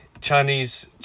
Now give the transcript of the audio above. Chinese